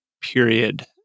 period